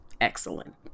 excellent